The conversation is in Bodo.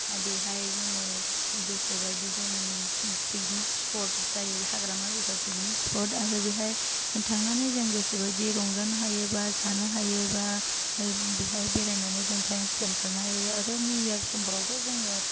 आरो बेहाय जोङो गोसोबादि जों पिकनिक स्पथ जायो हाग्रामा ब्रिसआ पिकनिक स्पथ आरो बेहाय थांनानै जों गोसोबायदि रंजानो हायो बा जानो हायो बा बेहाय बेरायनानै जों थाइम स्पेन खालामनो हायो आरो निउ इयार समफ्रावथ' जोङो